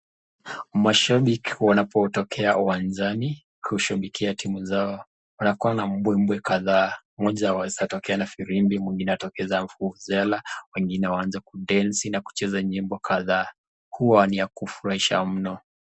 Mashabiki wanapotokea uwanjani kushabikia timu zao, wanakuwa na mbwembwe kadhaa, mmoja anaweza tokea na firimbi, mwingine atokee na vuvuzela, wengine waanze kudensi na kucheza nyimbo kadhaa, huwa ni ya kufurahisha mno.